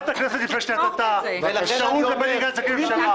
זה אתה --- את האפשרות לבני גנץ להקים ממשלה.